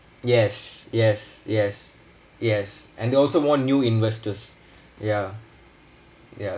yes yes yes yes and also more new investors ya ya